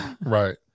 Right